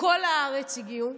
מכל הארץ הגיעו,